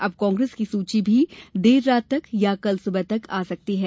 अब कांग्रेस की सूची भी देर रात तक या कल सुबह तक आ सकती है